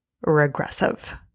regressive